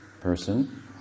person